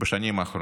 בשנים האחרונות.